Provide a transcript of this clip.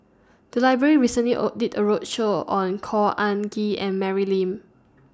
The Library recently did A roadshow on Khor Ean Ghee and Mary Lim